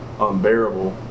unbearable